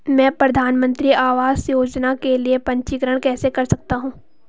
मैं प्रधानमंत्री आवास योजना के लिए पंजीकरण कैसे कर सकता हूं?